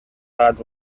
bad